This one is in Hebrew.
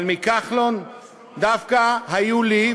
אבל מכחלון דווקא היו לי,